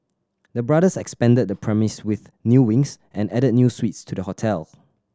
the brothers expanded the premise with new wings and added new suites to the hotel